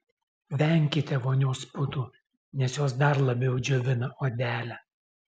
venkite vonios putų nes jos dar labiau džiovina odelę